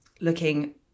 Looking